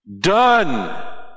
Done